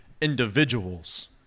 individuals